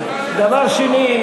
דבר שני,